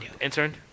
intern